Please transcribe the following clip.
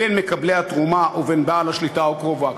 בין מקבלי התרומה ובין בעל השליטה או קרוביו.